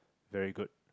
very good